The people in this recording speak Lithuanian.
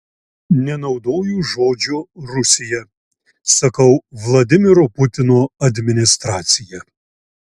nenaudoju žodžio rusija sakau vladimiro putino administracija